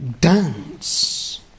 dance